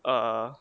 err